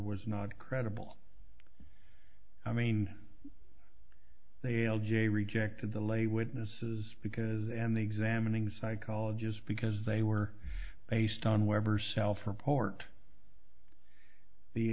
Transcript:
was not credible i mean they'll jay rejected the lay witnesses because and the examining psychologist because they were based on weber self report the